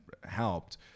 helped